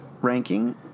ranking